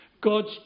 God's